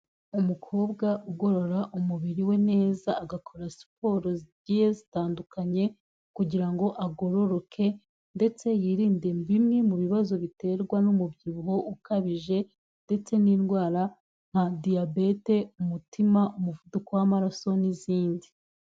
Umukobwa ugorora umubiri we neza agakora siporo zigiye zitandukanye kugira ngo agororoke ndetse yirinde bimwe mu bibazo biterwa n'umubyibuho ukabije ndetse n'indwara nka diyabete, umutima, umuvuduko w'amaraso n'izindi.